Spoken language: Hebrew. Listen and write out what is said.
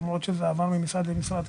למרות שזה עבר ממשרד למשרד,